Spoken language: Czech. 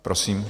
Prosím.